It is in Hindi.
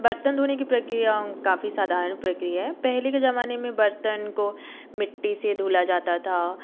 बर्तन धोने की प्रक्रिया काफ़ी साधारण प्रक्रिया है पहले के जमाने मे बर्तन को मिट्टी से धुला जाता था